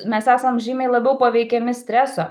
mes esam žymiai labiau paveikiami streso